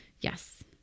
Yes